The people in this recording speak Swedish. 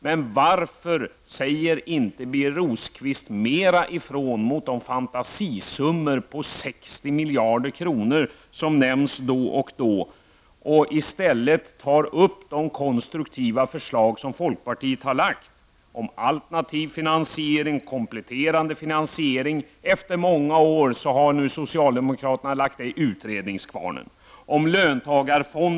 Men varför säger inte Birger Rosqvist mera ifrån mot de fantasisummor på 60 miljarder kronor som nämns då och då och i stället tar upp de konstruktiva förslag som folkpartiet har lagt fram om alternativ finansiering, kompletterande finansiering? Efter många år har nu socialdemokraterna lagt det i utredningskvarnen.